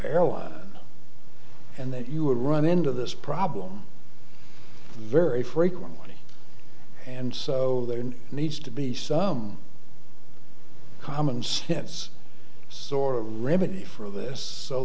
airline and that you run into this problem very frequently and so there needs to be some commonsense sort of remedy for this so